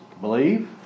believe